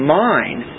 mind